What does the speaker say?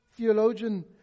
Theologian